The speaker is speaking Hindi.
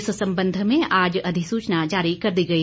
इस संबंध में आज अधिसूचना जारी कर दी गई